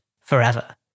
forever